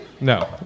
No